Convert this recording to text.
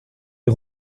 les